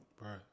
Right